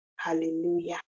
Hallelujah